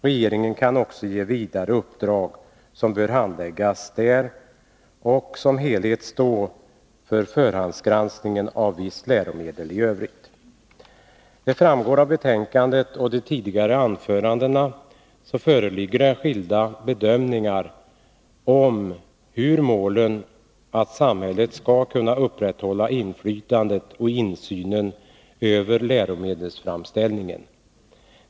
Regeringen kan också ge vidare uppdrag, som bör handläggas där, och som helhet bör myndigheten stå för förhandsgranskningen av vissa läromedel i övrigt. Såsom framgår av betänkandet och de tidigare anförandena föreligger skilda bedömningar av hur målen — att samhället skall kunna upprätthålla inflytandet och insynen över läromdelsframställningen — skall uppnås.